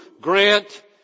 Grant